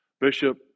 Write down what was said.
Bishop